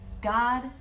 God